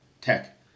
tech